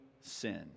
sin